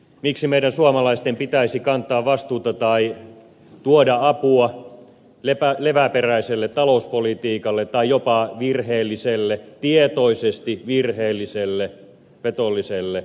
miksi meidän suomalaisten pitäisi kantaa vastuuta tai tuoda apua leväperäiselle talouspolitiikalle tai jopa virheelliselle tietoisesti virheelliselle petolliselle viestinviejälle